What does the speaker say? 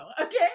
okay